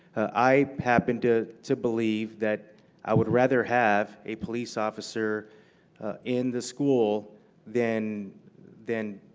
i happen to to believe that i would rather have a police officer in the school than than